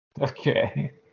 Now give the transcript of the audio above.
Okay